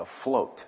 afloat